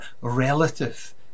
relative